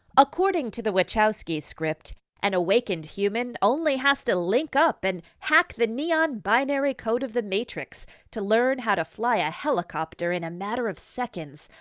according to the wachowski's script, an awakened human only has to link up and hack the neon binary code of the matrix to learn how to fly a helicopter in a matter of seconds.